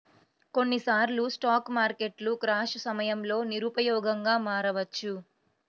కొన్నిసార్లు స్టాక్ మార్కెట్లు క్రాష్ సమయంలో నిరుపయోగంగా మారవచ్చు